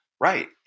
Right